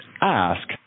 ask